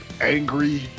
angry